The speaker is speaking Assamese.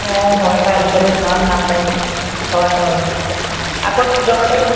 অ হয় পাই আজিকালি ইমান দাম বাঢ়িছে হয় হয় হয় আকৌ ভিতৰলৈ